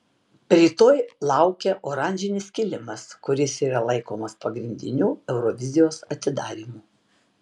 rytoj laukia oranžinis kilimas kuris yra laikomas pagrindiniu eurovizijos atidarymu